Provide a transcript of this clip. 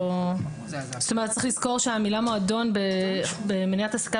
צריך לזכור שהמילה מועדון במניעת העסקת